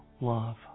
love